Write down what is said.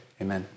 amen